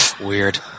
Weird